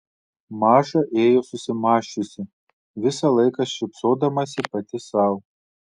maša ėjo susimąsčiusi visą laiką šypsodamasi pati sau